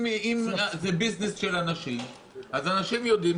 אם זה ביזנס של אנשים אז אנשים יודעים